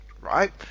right